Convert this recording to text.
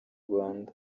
rwanda